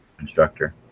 instructor